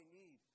need